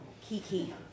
Kiki